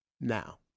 Now